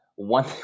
One